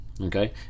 Okay